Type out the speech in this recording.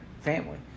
family